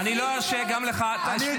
מה אתה?